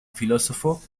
filósofo